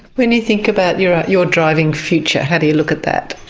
when you think about your your driving future, how do you look at that?